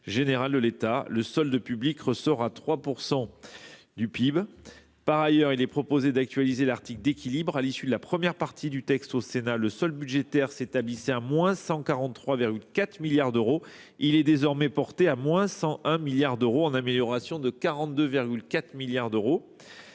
général de l’État. Le solde public ressort à 3 % du PIB. Il est également proposé d’actualiser l’article d’équilibre. À l’issue de l’examen de la première partie du texte au Sénat, le solde budgétaire s’établissait à –143,4 milliards d’euros. Il est désormais porté à –101 milliards d’euros, en amélioration de 42,4 milliards d’euros.